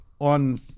on